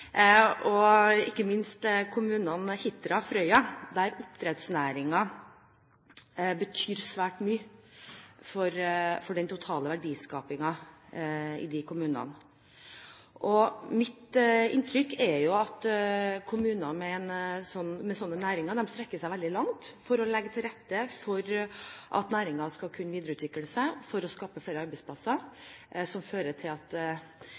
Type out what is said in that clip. ikke minst kommunene Hitra og Frøya der oppdrettsnæringen betyr svært mye for den totale verdiskapingen. Mitt inntrykk er at kommuner med slike næringer strekker seg veldig langt for å legge til rette for at næringen skal kunne videreutvikle seg for å skape flere arbeidsplasser, som fører til vår felles velferd. Når vi nå ser at